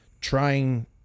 trying